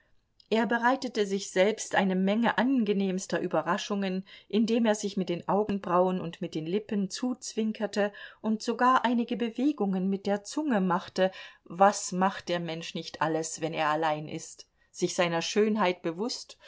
er bereitete sich selbst eine menge angenehmster überraschungen indem er sich mit den augenbrauen und mit den lippen zuzwinkerte und sogar einige bewegungen mit der zunge machte was macht der mensch nicht alles wenn er allein ist sich seiner schönheit bewußt